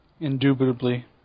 Indubitably